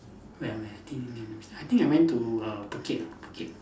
where where I think I think I went to err Phuket Phuket